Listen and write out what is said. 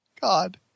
God